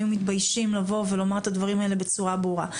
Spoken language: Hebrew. הם היו מתביישים לבוא ולומר את הדברים האלה בצורה ברורה.